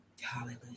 Hallelujah